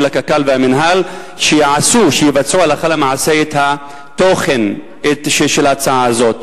הקק"ל והמינהל שיבצעו הלכה למעשה את התוכן של ההצעה הזאת.